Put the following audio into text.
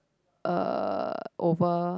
uh over